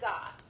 God